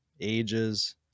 ages